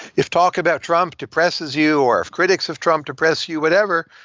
if talk about trump depresses you or if critics of trump depresses you, whatever,